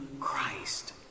Christ